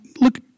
look